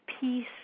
peace